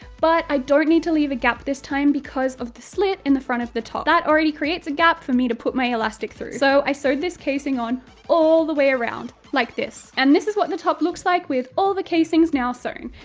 but i don't need to leave a gap this time because of the slit in the front of the top. that already creates a gap for me to put my elastic through. so, i sewed this casing on all the way around, like this. and this is what the top looks like with all the casings now sewn.